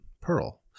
Pearl